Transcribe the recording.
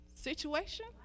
situation